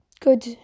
good